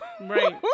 Right